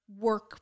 work